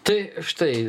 tai štai